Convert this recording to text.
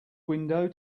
window